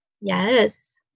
Yes